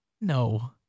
No